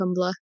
Tumblr